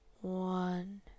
one